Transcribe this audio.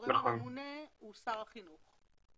והגורם הממונה הוא שר החינוך.